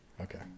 Okay